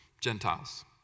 Gentiles